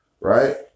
Right